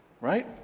right